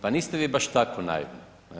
Pa niste vi baš tako naivni.